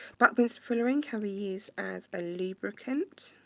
buckminsterfullerene can be used as a lubricant